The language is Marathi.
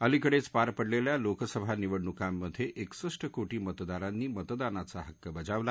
अलिकडघ्रपार पडलच्खा लोकसभा निवडणूकांमध्यिष कोटी मतदारानी मतदानाचा हक्क बजावला